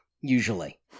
usually